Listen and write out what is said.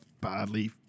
badly